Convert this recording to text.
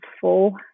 full